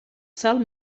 sal